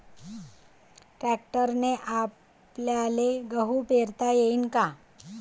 ट्रॅक्टरने आपल्याले गहू पेरता येईन का?